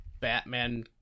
Batman